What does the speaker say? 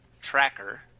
Tracker